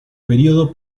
periodo